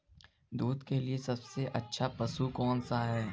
दूध के लिए सबसे अच्छा पशु कौनसा है?